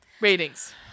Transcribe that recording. ratings